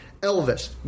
Elvis